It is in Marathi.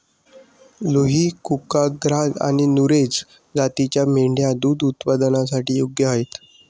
लुही, कुका, ग्राझ आणि नुरेझ जातींच्या मेंढ्या दूध उत्पादनासाठी योग्य आहेत